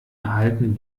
erhalten